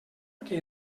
que